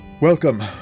Welcome